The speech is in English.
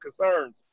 concerns